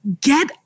get